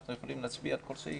אנחנו יכולים להצביע על כל סעיף,